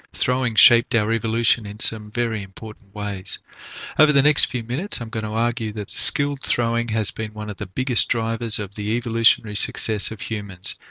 throwing shaped our evolution in some very important ways over the next few minutes i'm going to argue that skilled throwing has been one of the biggest drivers of the evolutionary success of humans,